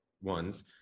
ones